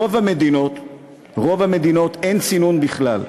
ברוב המדינות אין צינון בכלל.